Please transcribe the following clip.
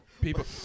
people